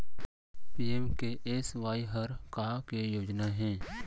PMKSY हर का के योजना हे?